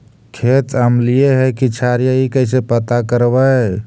खेत अमलिए है कि क्षारिए इ कैसे पता करबै?